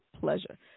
pleasure